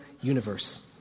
universe